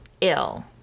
ill